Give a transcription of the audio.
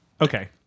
Okay